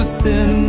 sin